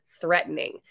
threatening